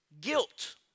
Guilt